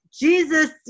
Jesus